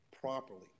properly